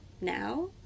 now